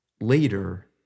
later